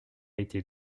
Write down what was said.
été